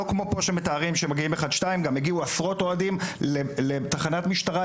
גם הגיעו עשרות אוהדים לתחנת משטרה,